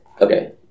okay